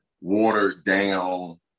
watered-down